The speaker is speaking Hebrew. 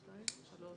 הצבעה